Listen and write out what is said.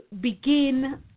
begin